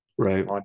Right